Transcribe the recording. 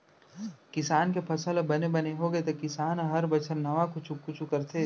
किसान के फसल ह बने बने होगे त किसान ह हर बछर नावा कुछ कुछ करथे